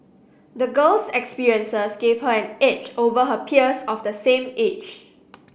the girl's experiences gave her an edge over her peers of the same age